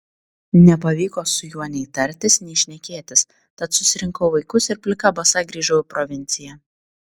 nepavyko su juo nei tartis nei šnekėtis tad susirinkau vaikus ir plika basa grįžau į provinciją